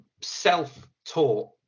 self-taught